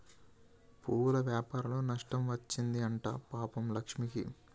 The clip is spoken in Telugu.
పువ్వుల వ్యాపారంలో నష్టం వచ్చింది అంట పాపం లక్ష్మికి